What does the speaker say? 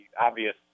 obvious